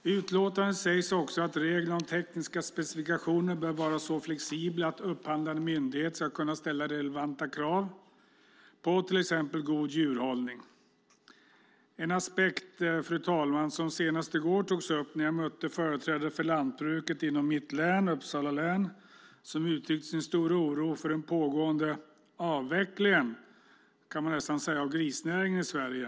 I utlåtandet sägs också att reglerna om tekniska specifikationer bör vara så flexibla att upphandlande myndigheter ska kunna ställa relevanta krav på till exempel god djurhållning. Det är, fru talman, en aspekt som senast i går togs upp när jag mötte företrädare för lantbruket inom mitt län, Uppsala län, som uttryckte sin stora oro för den pågående avvecklingen - som man nästan kan kalla det - av grisnäringen i Sverige.